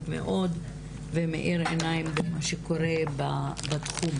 מאוד ומאיר עיניים במה שקורה בתחום.